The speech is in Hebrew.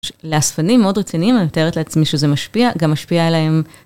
לאספנים מאוד רציניים, אני מתארת לעצמי שזה משפיע, גם משפיע עליהם.